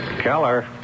Keller